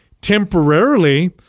Temporarily